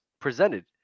presented